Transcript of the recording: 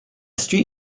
street